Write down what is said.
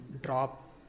drop